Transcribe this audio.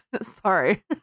Sorry